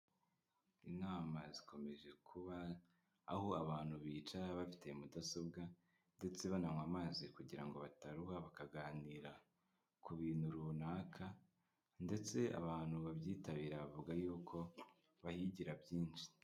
Inama zikomeje kuba aho abantu bicara bafite mudasobwa ndetse bananywa amazi kugira ngo bataruha bakaganira ku bintu runaka ndetse abantu babyitabira bavuga y'uko bahigira byinshi.